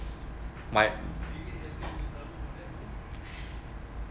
my